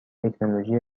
تکنولوژی